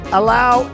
allow